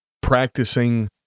practicing